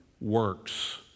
works